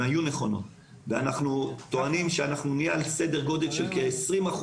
אנחנו טוענים שנהיה על סדר גודל של כ-20%